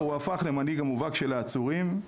הוא הפך למנהיג המובהק של העצורים,